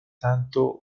tanto